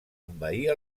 envair